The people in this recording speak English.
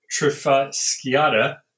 trifasciata